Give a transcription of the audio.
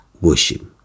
worship